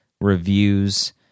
reviews